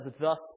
thus